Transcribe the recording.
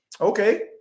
Okay